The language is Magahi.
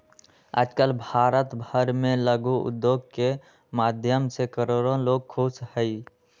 आजकल भारत भर में लघु उद्योग के माध्यम से करोडो लोग खुश हई